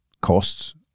costs